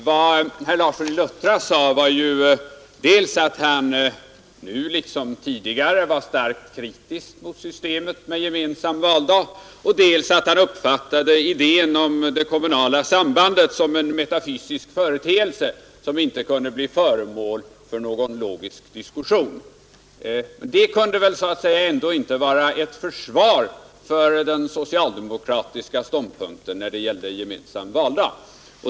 Herr Larsson i Luttra sade dels att han nu liksom tidigare var starkt kritisk mot systemet med gemensam valdag, dels att han uppfattade idén om det kommunala sambandet som en metafysisk företeelse som inte kunde bli föremål för någon logisk diskussion. Detta kunde väl ändå inte vara = ett försvar för den socialdemokratiska ståndpunkten när det gällde gemensam valdag.